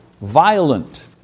violent